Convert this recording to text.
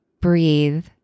breathe